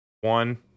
one